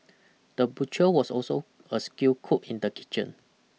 the butcher was also a skilled cook in the kitchen